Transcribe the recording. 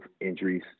injuries